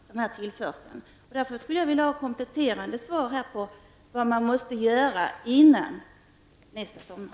Jag skulle vilja ha ett kompletterande svar på vad man kan göra inför nästa sommar.